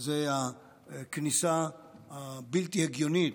וזה הכניסה הבלתי-הגיונית,